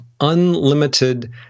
unlimited